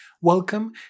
Welcome